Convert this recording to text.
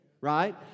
right